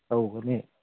ꯇꯧꯒꯅꯤ